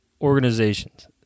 organizations